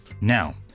Now